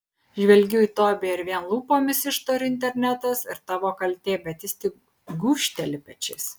žvelgiu į tobiją ir vien lūpomis ištariu internetas ir tavo kaltė bet jis tik gūžteli pečiais